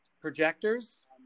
projectors